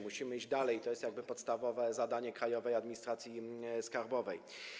Musimy iść dalej i to jest podstawowe zadanie Krajowej Administracji Skarbowej.